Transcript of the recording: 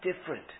different